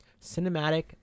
Cinematic